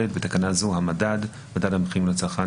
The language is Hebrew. בתקנה זו - "המדד" מדד המחירים לצרכן